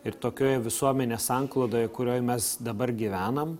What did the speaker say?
ir tokioj visuomenės sanklodoj kurioj mes dabar gyvenam